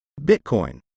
bitcoin